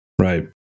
Right